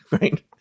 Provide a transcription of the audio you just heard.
Right